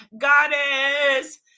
Goddess